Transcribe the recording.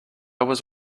was